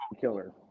killer